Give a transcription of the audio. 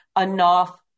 enough